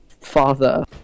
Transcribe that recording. Father